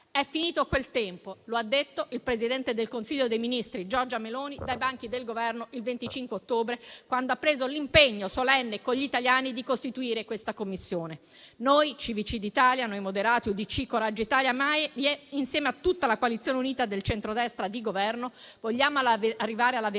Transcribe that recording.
È finito quel tempo: lo ha detto il presidente del Consiglio dei ministri Giorgia Meloni dai banchi del Governo, il 25 ottobre, quando ha preso l'impegno solenne con gli italiani di costituire questa Commissione. Noi Civici d'Italia, Noi Moderati, UDC, Coraggio Italia, MAIE, insieme a tutta la coalizione unita del centrodestra di Governo, vogliamo arrivare alla verità,